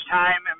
time